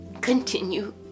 continue